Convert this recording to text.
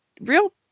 real